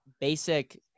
basic